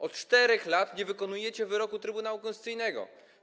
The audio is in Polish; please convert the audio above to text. Od 4 lat nie wykonujecie wyroku Trybunału Konstytucyjnego.